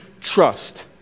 trust